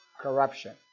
Corruption